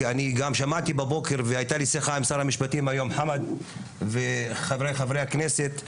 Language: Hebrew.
כי אני גם שמעתי בבוקר והייתה לי שיחה עם שר המשפטים וחבריי חברי הכנסת,